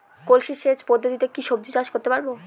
কলসি সেচ পদ্ধতিতে কি সবজি চাষ করতে পারব?